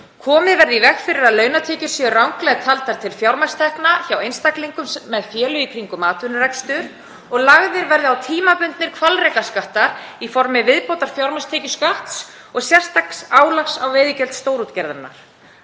komið verði í veg fyrir að launatekjur séu ranglega taldar til fjármagnstekna hjá einstaklingum með félög í kringum atvinnurekstur og lagðir verði á tímabundnir hvalrekaskattar í formi viðbótarfjármagnstekjuskatts og sérstaks álags á veiðigjöld stórútgerðarinnar.